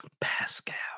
Pascal